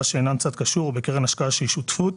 שאינן צד קשור בקרן השקעה שהיא שותפות,